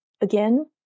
again